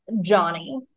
Johnny